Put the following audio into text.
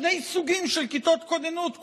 שני סוגים של כיתות כוננות,